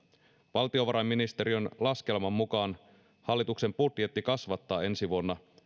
valtiovarainministeriön laskelman mukaan hallituksen budjetti kasvattaa ensi vuonna